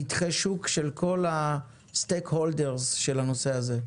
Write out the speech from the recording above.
נתחי שוק של כל ה-סטק הולדרס של הנושא הזה.